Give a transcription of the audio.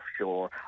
offshore